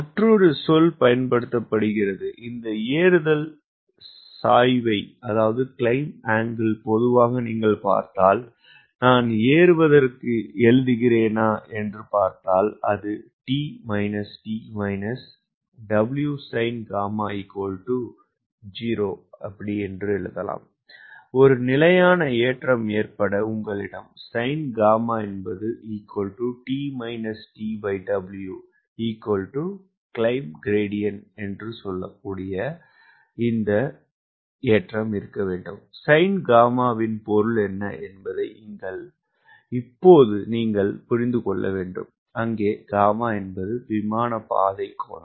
மற்றொரு சொல் பயன்படுத்தப்படுகிறது இந்த ஏறுதல் சாய்வை பொதுவாக நீங்கள் பார்த்தால் நான் ஏறுவதற்கு எழுதுகிறேனா என்று ஒரு நிலையான ஏற்றம் ஏற்பட உங்களிடம் sin y யின் பொருள் என்ன என்பதை இப்போது நீங்கள் புரிந்து கொள்ள வேண்டும் அங்கே y என்பது விமான பாதை கோணம்